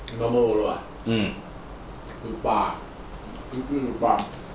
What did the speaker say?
normal workload ah 十八十八